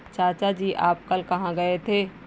चाचा जी आप कल कहां गए थे?